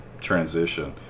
transition